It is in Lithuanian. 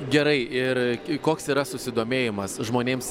gerai ir koks yra susidomėjimas žmonėms